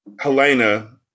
Helena